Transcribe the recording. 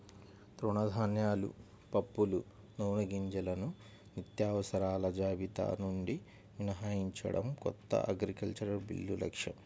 తృణధాన్యాలు, పప్పులు, నూనెగింజలను నిత్యావసరాల జాబితా నుండి మినహాయించడం కొత్త అగ్రికల్చరల్ బిల్లు లక్ష్యం